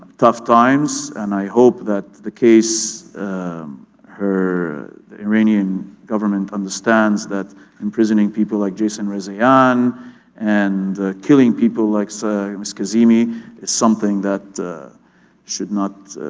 tough times and i hope that the case her, the iranian government understands that imprisoning people like jason rezaian and killing people like so miss kazemi is something that should not